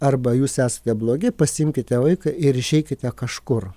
arba jūs esate blogi pasiimkite vaiką ir išeikite kažkur